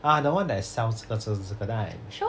ah the one that sells 这个这个这个 then I